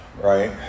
right